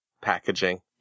packaging